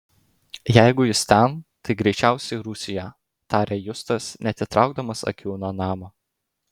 jeigu jis ten tai greičiausiai rūsyje tarė justas neatitraukdamas akių nuo namo